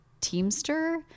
teamster